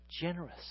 Generous